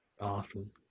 Awesome